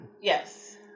Yes